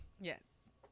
Yes